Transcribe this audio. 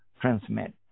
transmit